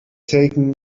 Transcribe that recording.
taken